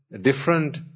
different